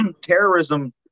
terrorism